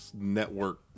network